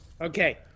Okay